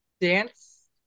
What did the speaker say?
dance